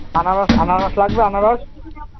আনারস আনারস লাগবে আনারস